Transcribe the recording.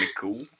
cool